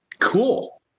Cool